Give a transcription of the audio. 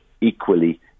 equally